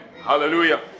Hallelujah